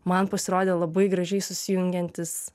man pasirodė labai gražiai susijungiantys